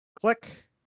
Click